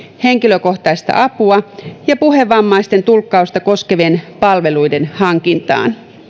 henkilökohtaista apua ja puhevammaisten tulkkausta koskevien palveluiden hankintaan